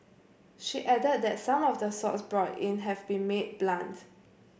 she added that some of the swords brought in have been made blunt